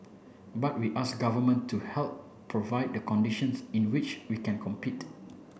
but we ask government to help provide the conditions in which we can compete